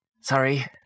Sorry